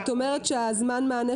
ואני אשמח גלית שאחרי שהדס תעביר לך